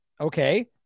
Okay